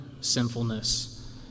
sinfulness